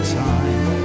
time